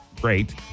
great